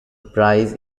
prize